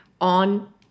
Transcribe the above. on